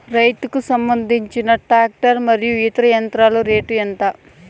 రైతుకు సంబంధించిన టాక్టర్ మరియు ఇతర యంత్రాల రేటు ఎంత?